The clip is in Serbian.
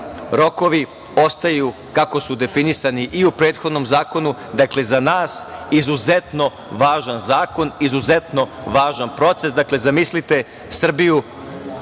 rokovi ostaju kako su definisani i u prethodnom zakonu. Dakle, ovo je za nas izuzetno važan zakon, izuzetno važan proces. Zamislite Srbiju